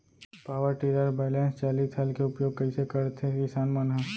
Power tiller बैलेंस चालित हल के उपयोग कइसे करथें किसान मन ह?